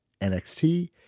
NXT